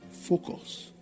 Focus